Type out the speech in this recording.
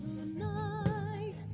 Tonight